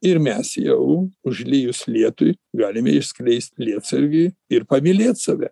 ir mes jau užlijus lietui galime išskleist lietsargį ir pamylėt save